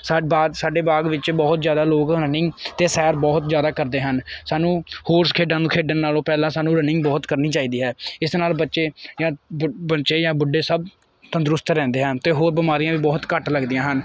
ਸਾ ਬਾਗ ਸਾਡੇ ਬਾਗ ਵਿੱਚ ਬਹੁਤ ਜ਼ਿਆਦਾ ਲੋਕ ਰਨਿੰਗ ਅਤੇ ਸੈਰ ਬਹੁਤ ਜ਼ਿਆਦਾ ਕਰਦੇ ਹਨ ਸਾਨੂੰ ਹੋਰ ਖੇਡਾਂ ਨੂੰ ਖੇਡਣ ਨਾਲੋਂ ਪਹਿਲਾਂ ਸਾਨੂੰ ਰਨਿੰਗ ਬਹੁਤ ਕਰਨੀ ਚਾਹੀਦੀ ਹੈ ਇਸ ਨਾਲ ਬੱਚੇ ਜਾਂ ਬੱਚੇ ਜਾਂ ਬੁੱਢੇ ਸਭ ਤੰਦਰੁਸਤ ਰਹਿੰਦੇ ਹਨ ਅਤੇ ਹੋਰ ਬਿਮਾਰੀਆਂ ਵੀ ਬਹੁਤ ਘੱਟ ਲੱਗਦੀਆਂ ਹਨ